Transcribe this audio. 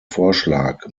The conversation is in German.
vorschlag